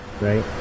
Right